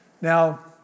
Now